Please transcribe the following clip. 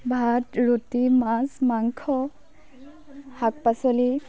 ভাত ৰুটি মাছ মাংস শাক পাচলি